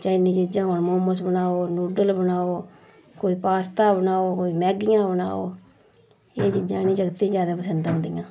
Chinese चीजां होन momos बनाओ न्युडल बनाओ कोई पास्ता बनाओ कोई मैगियां बनाओ एह् चीजां इनें जागतें ज्यादा पंसद औंदियां